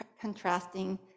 contrasting